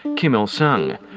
kim il-sung.